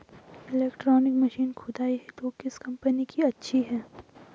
Electronic machine खुदाई हेतु किस कंपनी की अच्छी है?